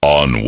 on